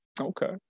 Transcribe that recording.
Okay